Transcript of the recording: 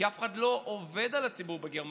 כי אף אחד לא עובד על הציבור בגרמניה,